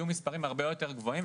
הם יהיו מספרים הרבה יותר גבוהים,